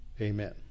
Amen